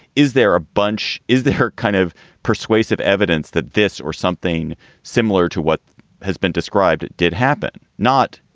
is there a bunch? is the heart kind of persuasive evidence that this or something similar to what has been described did happen? not.